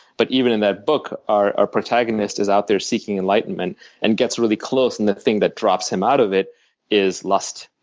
but even in that book, our protagonist is out there seeking enlightenment and gets really close, and the thing that drops him out of it is lust.